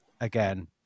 again